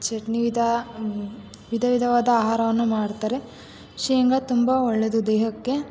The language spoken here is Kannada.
ಚಟ್ನಿ ವಿಧ ವಿಧ ವಿಧವಾದ ಆಹಾರವನ್ನು ಮಾಡ್ತಾರೆ ಶೇಂಗ ತುಂಬ ಒಳ್ಳೇದು ದೇಹಕ್ಕೆ